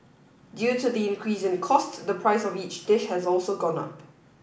due to the increase in cost the price of each dish has also gone up